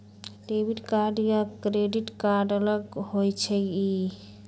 Debit card या credit card अलग होईछ ई?